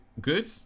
good